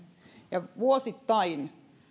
vuosittain